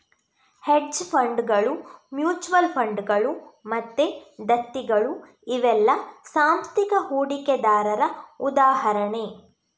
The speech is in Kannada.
ಹೆಡ್ಜ್ ಫಂಡುಗಳು, ಮ್ಯೂಚುಯಲ್ ಫಂಡುಗಳು ಮತ್ತೆ ದತ್ತಿಗಳು ಇವೆಲ್ಲ ಸಾಂಸ್ಥಿಕ ಹೂಡಿಕೆದಾರರಿಗೆ ಉದಾಹರಣೆ